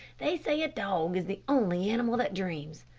they say a dog is the only animal that dreams.